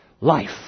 life